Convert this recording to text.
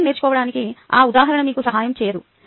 cycling నేర్చుకోవడానికి ఆ ఉదాహరణ మీకు సహాయం చేయదు